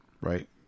right